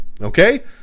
okay